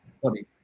sorry